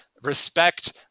respect